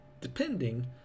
depending